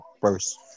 first